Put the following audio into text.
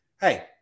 Hey